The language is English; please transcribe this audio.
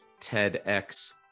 TEDx